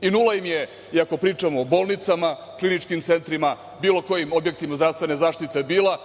I, nula im je ako pričamo o bolnicama, kliničkim centrima, bilo kojim objektima zdravstvene zaštite bila